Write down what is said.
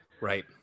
right